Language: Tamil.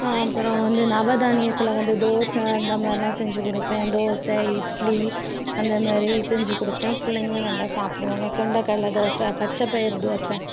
அப்புறம் வந்து நவதானியத்தில் வந்து தோசை அந்த மாதிரிலாம் செஞ்சுக்குடுப்பேன் தோசை இட்லி அந்தமாதிரி செஞ்சுக் கொடுப்பேன் பிள்ளைங்களும் நல்லா சாப்பிடுவாங்க கொண்டக்கடலை தோசை பச்சைப் பயிறு தோசை